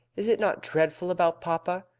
is it not dreadful about papa?